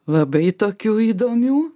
labai tokių įdomių